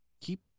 keep